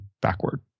backward